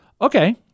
Okay